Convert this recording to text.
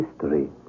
history